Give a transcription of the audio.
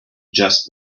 just